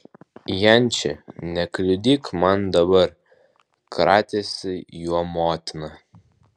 janči nekliudyk man dabar kratėsi juo motina